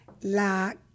La